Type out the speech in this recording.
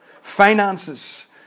Finances